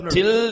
Till